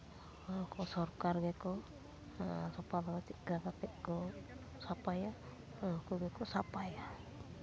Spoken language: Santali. ᱱᱩᱠᱩ ᱥᱚᱨᱠᱟᱨ ᱜᱮᱠᱚ ᱥᱟᱯᱷᱟ ᱫᱚ ᱪᱮᱫᱠᱟ ᱠᱟᱛᱮᱜ ᱠᱚ ᱥᱟᱯᱷᱟᱭᱟ ᱩᱱᱠᱩ ᱜᱮᱠᱚ ᱥᱟᱯᱷᱟᱭᱟ